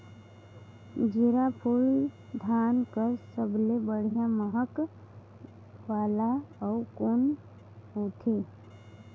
जीराफुल धान कस सबले बढ़िया महक वाला अउ कोन होथै?